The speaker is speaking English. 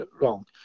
wrong